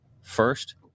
first